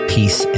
Peace